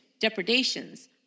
depredations